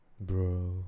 Bro